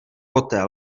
poté